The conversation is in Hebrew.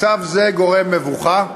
מצב זה גורם מבוכה,